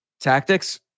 tactics